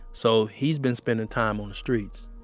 so he's been spending time on the streets.